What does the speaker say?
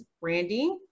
brandy